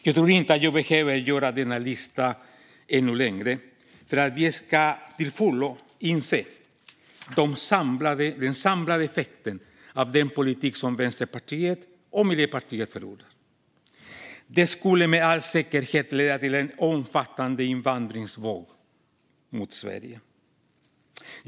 Jag tror inte att jag behöver göra denna lista ännu längre för att vi till fullo ska inse den samlade effekten av den politik som Vänsterpartiet och Miljöpartiet förordar. Den skulle med all säkerhet leda till en omfattande invandringsvåg mot Sverige.